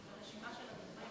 אדוני יושב-ראש ועדת הכספים,